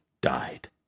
died